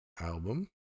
album